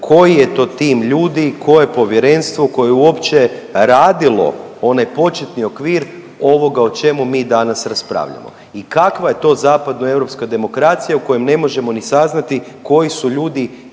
koji je to tim ljudi, koje Povjerenstvo koje je uopće radilo onaj početni okvir onoga o čemu mi danas raspravljamo i kakva je to zapadnoeuropska demokracija u kojem ne možemo ni saznati koji su ljudi